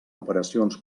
operacions